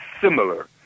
similar